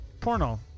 Porno